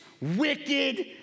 wicked